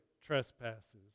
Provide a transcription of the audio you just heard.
trespasses